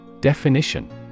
Definition